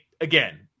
again